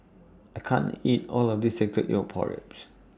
I can't eat All of This Salted Egg Pork Ribs